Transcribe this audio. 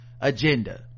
agenda